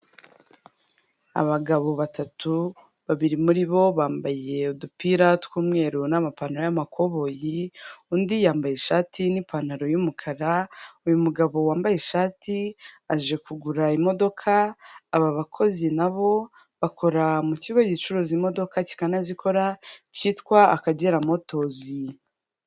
Abagabo batatu, babiri muri bo bambaye udupira tw'umweru n'amapantaro y'amakoboyi, undi yambaye ishati n'ipantaro y'umukara, uyu mugabo wambaye ishati aje kugura imodoka, aba bakozi na bo bakora mu kigo gicuruza imodoka kikanazikora cyitwa akagera motozi.